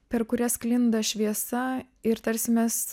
per kurią sklinda šviesa ir tarsi mes